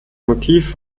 motiv